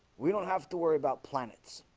we don't have to worry about planets